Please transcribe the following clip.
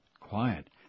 Quiet